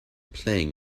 playing